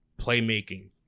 playmaking